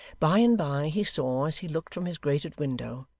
by and bye, he saw, as he looked from his grated window,